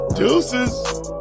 Deuces